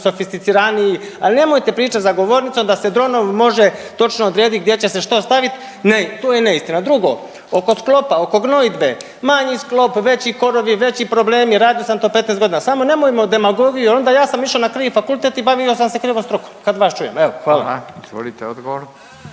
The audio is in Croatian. sofisticiraniji, ali nemojte pričat za govornicom da se dronom može točno odrediti gdje će se što staviti. Ne, to je neistina. Drugo, oko sklopa, oko gnojidbe manji sklop, veći korovi, veći problemi. Radio sam to 15 godina, samo nemojmo demagogiju, jer onda ja sam išao na krivi fakultet i bavio sam se krivom strukom kad vas čujem. Evo hvala.